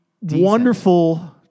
wonderful